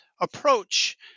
approach